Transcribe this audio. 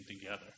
together